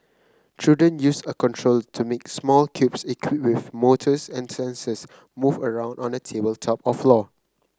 children use a controller to make small cubes equipped with motors and sensors move around on a tabletop or floor